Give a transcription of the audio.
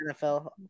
NFL